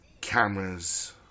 cameras